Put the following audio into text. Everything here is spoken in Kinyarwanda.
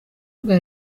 bwa